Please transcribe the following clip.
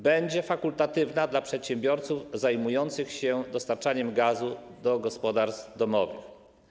Będzie fakultatywna dla przedsiębiorców zajmujących się dostarczaniem gazu do gospodarstw domowych.